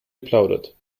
applauded